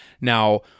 now